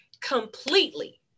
completely